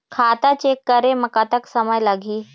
खाता चेक करे म कतक समय लगही?